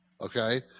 okay